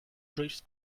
drifts